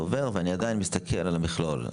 ואני עדיין מסתכל על המכלול.